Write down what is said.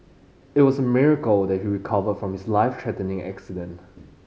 it was a miracle that he recovered from his life threatening accident